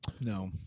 No